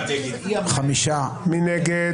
מי נגד?